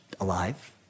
alive